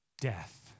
Death